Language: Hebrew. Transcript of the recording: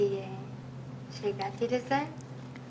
שהגעתי לזה,